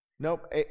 Nope